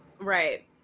Right